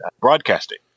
broadcasting